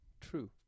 True